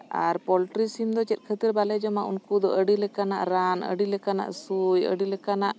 ᱟᱨ poultry ᱥᱤᱢ ᱫᱚ ᱪᱮᱫ ᱠᱷᱟᱹᱛᱤᱨ ᱵᱟᱞᱮ ᱡᱚᱢᱟ ᱩᱱᱠᱩ ᱫᱚ ᱟᱹᱰᱤ ᱞᱮᱠᱟᱱᱟᱜ ᱨᱟᱱ ᱟᱹᱰᱤ ᱞᱮᱠᱟᱱᱟᱜ ᱥᱩᱭ ᱟᱹᱰᱤ ᱞᱮᱠᱟᱱᱟᱜ